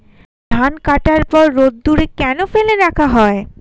ধান কাটার পর রোদ্দুরে কেন ফেলে রাখা হয়?